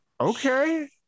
okay